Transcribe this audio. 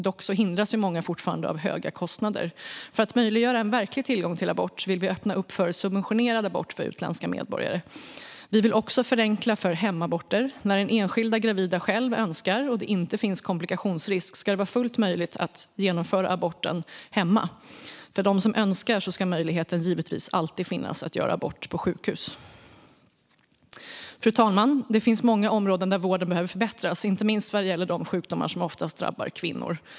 Dock hindras många fortfarande av höga kostnader. För att möjliggöra en verklig tillgång till abort vill vi öppna för subventionerad abort för utländska medborgare. Vi vill också förenkla för hemaborter. När den enskilda gravida själv önskar och det inte finns komplikationsrisk ska det vara fullt möjligt att genomföra aborten hemma. För dem som önskar ska möjligheten givetvis alltid finnas att göra abort på sjukhus. Fru talman! Det finns många områden där vården behöver förbättras, inte minst vad gäller de sjukdomar som oftast drabbar kvinnor.